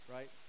Right